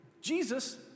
Jesus